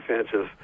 offensive